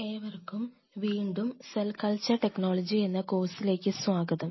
ഏവർക്കും വീണ്ടും cell culture technology എന്ന കോഴ്സിലേക്ക് സ്വാഗതം